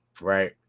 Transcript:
right